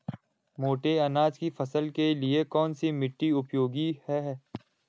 मोटे अनाज की फसल के लिए कौन सी मिट्टी उपयोगी है?